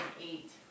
eight